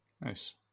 Nice